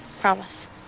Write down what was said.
Promise